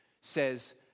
says